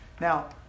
Now